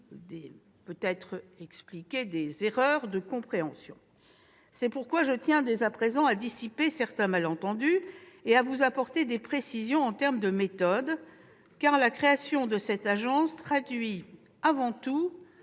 des craintes ou des erreurs de compréhension. C'est pourquoi je tiens dès à présent à dissiper certains malentendus et à vous apporter des précisions sur la méthode, car la création de cette agence traduit avant tout